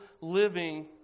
living